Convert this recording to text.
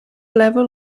level